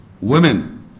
women